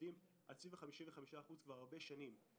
סביב 55% כבר שנים רבות.